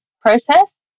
process